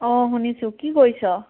অঁ শুনিছোঁ কি কৰিছ